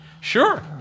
sure